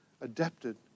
adapted